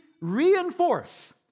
reinforce